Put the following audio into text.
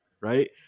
Right